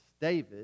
david